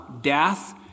death